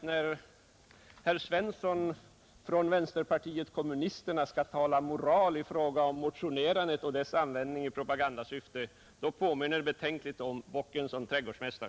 När herr Svensson från vänsterpartiet kommunisterna talar om moral i samband med motionerande och dess utnyttjande i propagandasyfte, påminner det betänkligt om bocken som trädgårdsmästare.